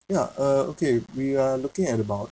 ya uh okay we are looking at about